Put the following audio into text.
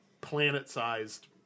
planet-sized